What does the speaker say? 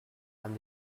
and